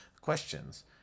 questions